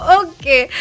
okay